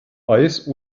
eis